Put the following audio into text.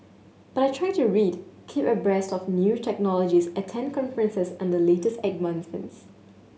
but I try to read keep abreast of new technologies attend conferences on the latest advances